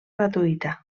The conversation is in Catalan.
gratuïta